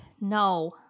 No